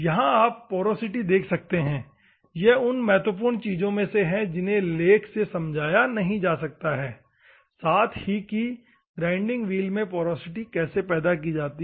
यहां आप पोरोसिटी देख सकते हैं ये उन महत्वपूर्ण चीज़ों में से है जिन्हे लेख से नहीं समझाया जा सकता साथ ही की ग्राइंडिंग व्हील में पोरोसिटी कैसे पैदा की जाती है